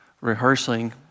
rehearsing